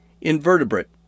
invertebrate